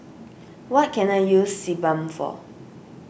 what can I use Sebamed for